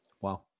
Wow